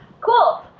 Cool